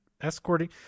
escorting